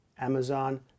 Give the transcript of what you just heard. Amazon